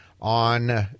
on